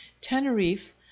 Tenerife